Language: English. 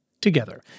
together